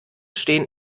stehen